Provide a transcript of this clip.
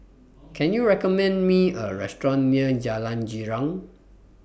Can YOU recommend Me A Restaurant near Jalan Girang